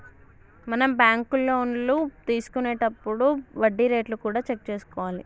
మనం బ్యాంకు లోన్లు తీసుకొనేతప్పుడు వడ్డీ రేట్లు కూడా చెక్ చేసుకోవాలి